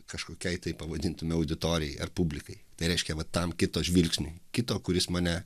kažkokiai tai pavadintume auditorijai ar publikai tai reiškia va tam kito žvilgsniui kito kuris mane